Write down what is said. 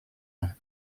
ans